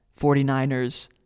49ers